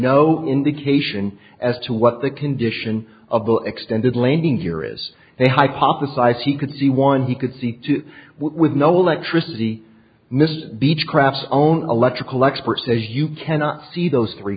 no indication as to what the condition of the extended landing gear is they hypothesize he could see one you could see two with no electricity missed beechcraft only electrical experts as you cannot see those three